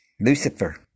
Lucifer